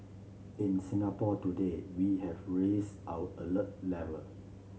in Singapore today we have raised our alert level